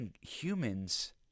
humans